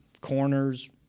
corners